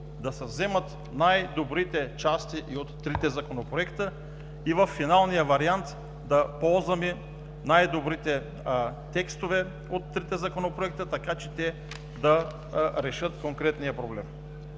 да се вземат най-добрите части и от трите законопроекта и във финалния вариант да ползваме най-добрите текстове от тях, така че да решат конкретния проблем.